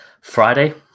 friday